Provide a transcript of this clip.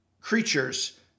creatures